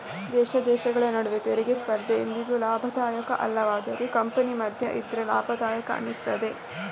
ದೇಶ ದೇಶಗಳ ನಡುವೆ ತೆರಿಗೆ ಸ್ಪರ್ಧೆ ಎಂದಿಗೂ ಲಾಭದಾಯಕ ಅಲ್ಲವಾದರೂ ಕಂಪನಿ ಮಧ್ಯ ಇದ್ರೆ ಲಾಭದಾಯಕ ಅನಿಸ್ತದೆ